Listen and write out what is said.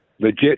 legit